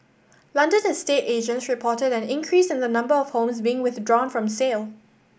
London estate agents reported an increase in the number of homes being withdrawn from sale